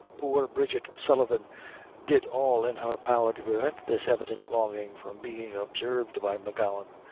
poor bridget sullivan did all in her power to prevent this evident longing from being observed by m'gowan,